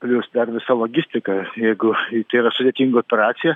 plius dar visa logistika jeigu tai yra sudėtinga operacija